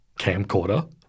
camcorder